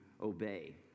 obey